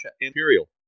Imperial